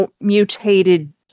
mutated